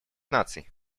наций